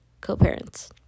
co-parents